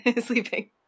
sleeping